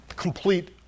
complete